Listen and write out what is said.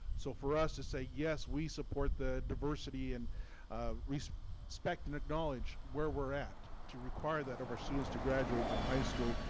so for us to say yes we support diversity and respect respect and acknowledge where we're at to require that over students to graduate from high school.